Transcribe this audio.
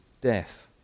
death